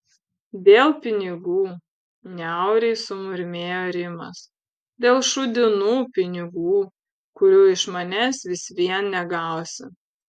dėl pinigų niauriai sumurmėjo rimas dėl šūdinų pinigų kurių iš manęs vis vien negausi